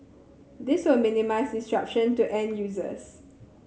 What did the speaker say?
this will minimise disruption to end users